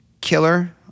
killer